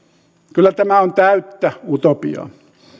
kyllä tämä on täyttä utopiaa